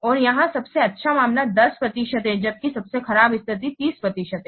और यहाँ सबसे अच्छा मामला 10 प्रतिशत है जबकि सबसे खराब स्थिति 30 प्रतिशत है